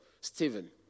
Stephen